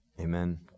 Amen